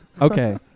Okay